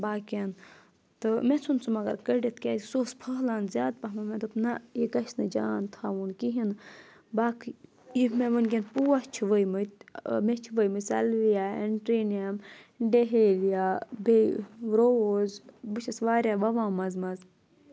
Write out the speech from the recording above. کُلؠن باقیَن تہٕ مےٚ ژھوٚن سُہ مَگَر کٔڑِتھ کیازِ سُہ اوس پھٔہلان زیادٕ پَہمَتھ مےٚ دوٚپ نہ یہِ گَژھِ نہٕ جان تھاوُن کِہیٖنۍ نہٕ باقٕے یہِ مےٚ وٕنکؠن پوش چھِ وٲمٕتۍ مےٚ چھِ وٲمٕتۍ سیٚلویا اینٹرینیَم ڈیہریا بیٚیہِ روز بہٕ چھَس واریاہ وَوان منزٕ منٛزٕ